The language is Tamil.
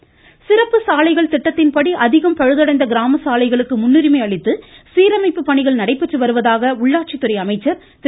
வேலுமணி சிறப்பு சாலைகள் திட்டத்தின்படி அதிகம் பழுதடைந்த கிராம சாலைகளுக்கு முன்னுரிமை அளித்து சீரமைப்புப் பணிகள் நடைபெற்று வருவதாக உள்ளாட்சித்துறை அமைச்சர் திரு